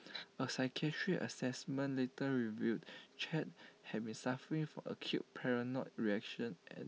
A psychiatric Assessment later revealed char had been suffering for acute paranoid reaction at